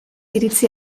iritzi